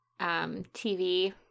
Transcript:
TV